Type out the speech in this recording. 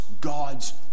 God's